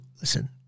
listen